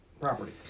property